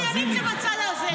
כל העבריינים זה בצד הזה.